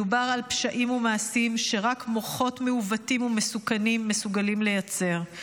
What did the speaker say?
מדובר על פשעים ומעשים שרק מוחות מעוותים ומסוכנים מסוגלים לייצר,